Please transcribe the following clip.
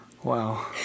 Wow